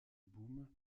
boom